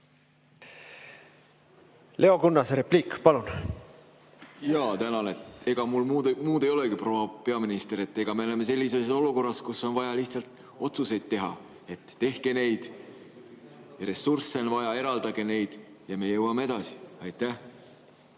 Leo Kunnas, repliik, palun! Jaa, tänan! Ega mul muud ei olegi, proua peaminister, kui et me oleme sellises olukorras, kus on vaja lihtsalt otsuseid teha. Tehke neid! Ressursse on vaja, eraldage neid, ja me jõuame edasi!